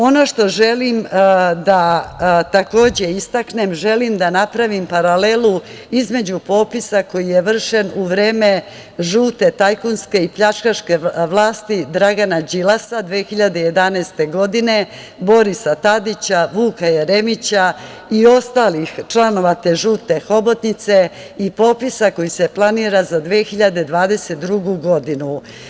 Ono što želim da takođe istaknem, želim da napravim paralelu između popisa koji je vršen u vreme žute tajkunske i pljačkaške vlasti Dragana Đilasa 2011. godine, Borisa Tadića, Vuka Jeremića i ostalih članova te žute hobotnice i popisa koji se planira za 2022. godinu.